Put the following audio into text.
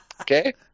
Okay